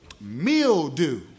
mildew